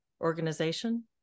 organization